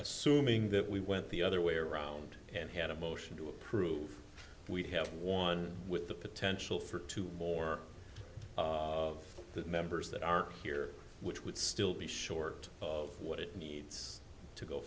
assuming that we went the other way around and had a motion to approve we have one with the potential for two more of the members that are here which would still be short of what it needs to go